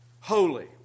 holy